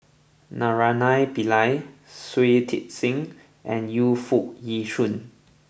Naraina Pillai Shui Tit Sing and Yu Foo Yee Shoon